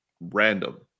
random